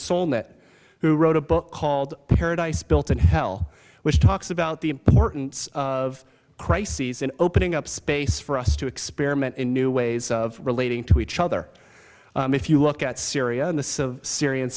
song that who wrote a book called paradise built in hell which talks about the importance of crises and opening up space for us to experiment in new ways of relating to each other if you look at syria and the syrian